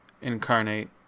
incarnate